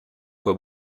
quoi